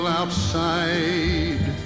outside